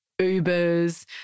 Ubers